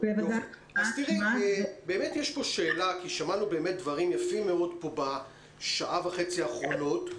שמענו דברים יפים מאוד בשעה וחצי האחרונות,